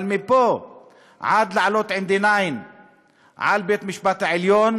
אבל מפה עד לעלות עם D9 על בית-המשפט העליון